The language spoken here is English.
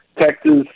Texas